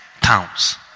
towns